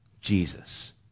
Jesus